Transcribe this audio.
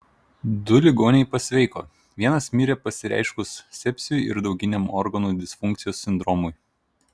du ligoniai pasveiko vienas mirė pasireiškus sepsiui ir dauginiam organų disfunkcijos sindromui